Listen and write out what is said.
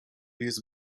jest